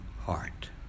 heart